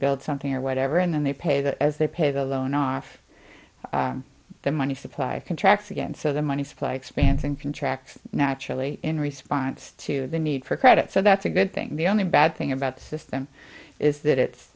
build something or whatever and then they pay that as they pay the loan off the money supply contracts again so the money supply expands and contracts naturally in response to the need for credit so that's a good thing the only bad thing about the system is that it's